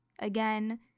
Again